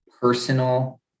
personal